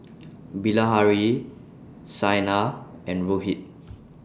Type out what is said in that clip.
Bilahari Saina and Rohit